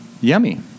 yummy